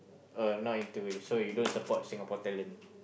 uh not into it so you don't support Singapore talent